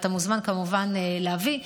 אתה מוזמן כמובן להביא.